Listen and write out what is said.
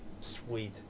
Sweet